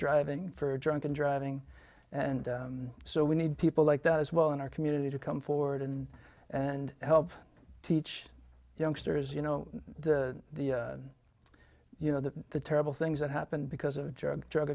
driving for drunken driving and so we need people like that as well in our community to come forward and and help teach youngsters you know the you know the terrible things that happen because of drug drug